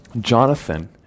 jonathan